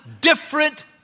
different